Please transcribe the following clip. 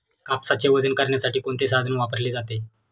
कापसाचे वजन करण्यासाठी कोणते साधन वापरले जाते?